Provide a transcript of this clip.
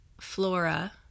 flora